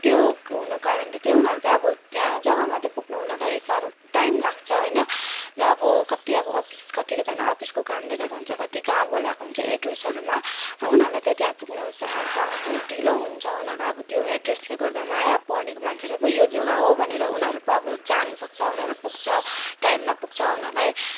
त्यो हुनु कारणले त्यही उनीहरूले त्यही अब त्यहाँ जग्गामा त्यही पुग्नु उनीहरूलाई साह्रो टाइम लाग्छ होइन र अब कत्ति अब अफिस कत्तिकोजना अफिसको कामले गएको हुन्छ कत्ति कहाँ बोलाएको हुन्छ एड्रेसहरूमा उनीहरूलाई त्यहीँ त्यहाँ पुग्नु स स अब ढिलो हुन्छ उनीहरूलाई अब त्यो एड्रेसले गर्दामा आया पढ्नेको मान्छेहरू पो यो जग्गा हो भनेर उनीहरू पो अब जानुसक्छ उनीहरू पुग्छ टाइममै पुग्छ उनीहरूलाई